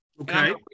Okay